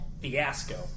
Fiasco